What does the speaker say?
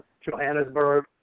Johannesburg